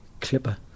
clipper